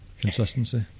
Consistency